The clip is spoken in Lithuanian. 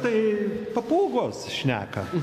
tai papūgos šneka